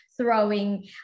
throwing